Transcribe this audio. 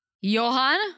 Johan